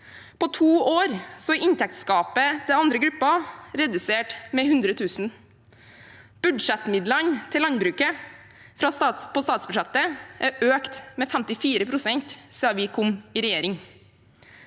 På to år er inntektsgapet til andre grupper redusert med 100 000 kr. Budsjettmidlene til landbruket på statsbudsjettet er økt med 54 pst. siden vi kom i regjering.